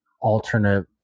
alternate